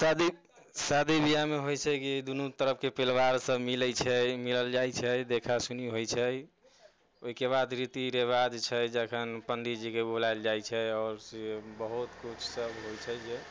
शादी शादी बिआहमे होइत छै कि दुनू तरफके परिवार सभ मिलैत छै मिलल जाइत छै देखा सुनि होइत छै ओहिके बाद रीति रिवाज छै जखन पंडीजीके बुलायल जाइत छै आओर बहुत किछु सभ होइत छै जे